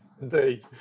Indeed